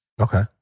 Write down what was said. Okay